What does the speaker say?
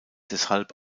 deshalb